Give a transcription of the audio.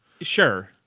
sure